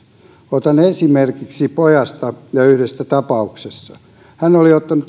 otan esimerkin pojasta yhdestä tapauksesta hän oli ottanut